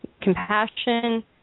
Compassion